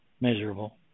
miserable